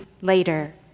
later